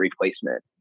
replacement